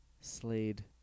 Slade